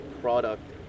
product